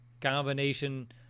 combination